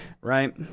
right